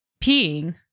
peeing